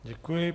Děkuji.